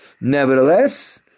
Nevertheless